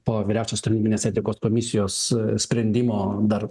po vyriausios tarnybinės etikos komisijos sprendimo dar